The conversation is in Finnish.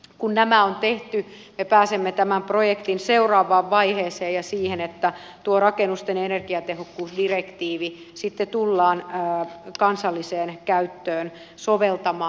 kun nämä on tehty me pääsemme tämän projektin seuraavaan vaiheeseen ja siihen että tuo rakennusten energiatehokkuusdirektiivi sitten tullaan kansalliseen käyttöön soveltamaan